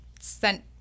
sent